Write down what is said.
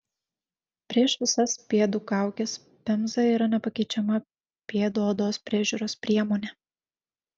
prieš visas pėdų kaukes pemza yra nepakeičiama pėdų odos priežiūros priemonė